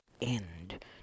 end